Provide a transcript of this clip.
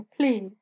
Please